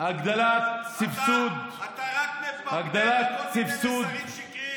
הגדלת סבסוד, אתה רק מפמפם כל מיני מסרים שקריים.